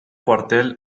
cuartel